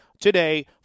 today